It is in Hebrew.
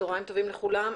צהריים טובים לכולם,